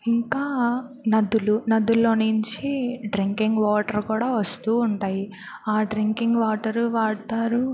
ఇంకా నదులు నదుల్లో నుంచి డ్రింకింగ్ వాటర్ కూడా వస్తూ ఉంటాయి ఆ డ్రింకింగ్ వాటరు వాడతారు